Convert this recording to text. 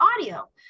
audio